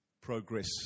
progress